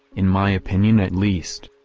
in my opinion at least.